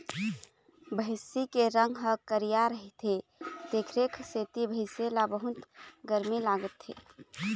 भइसी के रंग ह करिया रहिथे तेखरे सेती भइसी ल बहुत गरमी लागथे